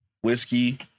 whiskey